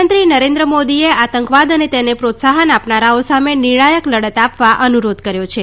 પ્રધાનમંત્રી નરેન્દ્ર મોદીએ આતંકવાદ અને તેને પ્રોત્સાહન આપનારાઓ સામે નિર્ણાયક લડત આપવા અનુરોધ કર્યો છે